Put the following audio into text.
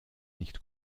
nicht